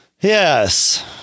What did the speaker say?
Yes